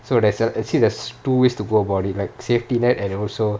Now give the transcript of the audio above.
so there's actually there's two ways to go about it like safety net and also